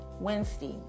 Wednesday